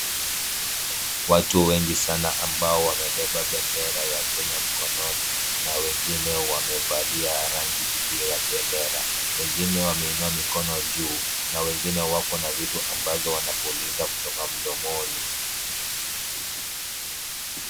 Watu wengi sana ambao wamebeba bendera ya Kenya mkononi na wengine wamevalia rangi iliyo ya bendera, wengine wameinua mikono juu na wengine wako na vitu ambazo wanapuliza kutoka mdomoni.